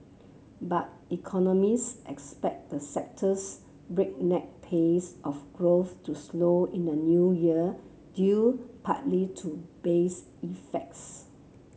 but economist expect the sector's breakneck pace of growth to slow in the New Year due partly to base effects